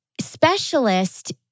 specialist